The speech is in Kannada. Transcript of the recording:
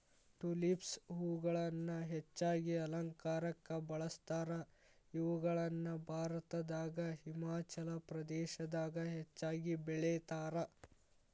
ಟುಲಿಪ್ಸ್ ಹೂಗಳನ್ನ ಹೆಚ್ಚಾಗಿ ಅಲಂಕಾರಕ್ಕ ಬಳಸ್ತಾರ, ಇವುಗಳನ್ನ ಭಾರತದಾಗ ಹಿಮಾಚಲ ಪ್ರದೇಶದಾಗ ಹೆಚ್ಚಾಗಿ ಬೆಳೇತಾರ